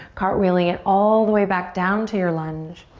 cartwheeling it all the way back down to your lunge.